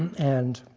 and